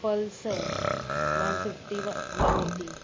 Pulsar one fifty वा one एटी